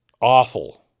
awful